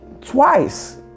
twice